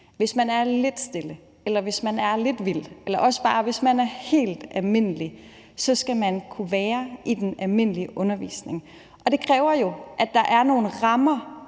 Hvis man er lidt stille, eller hvis man er lidt vild, eller også hvis man bare er helt almindelig, så skal man kunne være i den almindelige undervisning, og det kræver jo, at der er nogle rammer